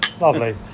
Lovely